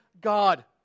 God